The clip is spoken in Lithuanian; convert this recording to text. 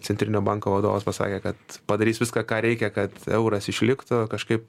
centrinio banko vadovas pasakė kad padarys viską ką reikia kad euras išliktų kažkaip